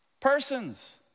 persons